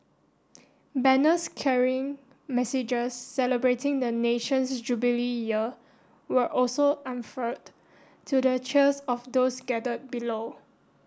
banners carrying messages celebrating the nation's Jubilee Year were also unfurled to the cheers of those gathered below